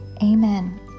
Amen